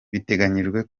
biteganyijwe